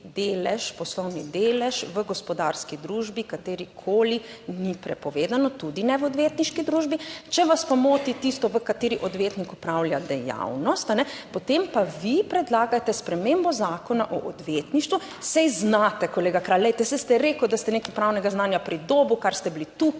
poslovni delež v gospodarski družbi, katerikoli, ni prepovedano, tudi ne v odvetniški družbi, če vas pa moti tisto v kateri odvetnik opravlja dejavnost, potem pa vi predlagate spremembo Zakona o odvetništvu, saj znate, kolega Kralj, glejte, saj ste rekel, da ste nekaj pravnega znanja pridobil, kar ste bili tukaj,